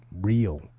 real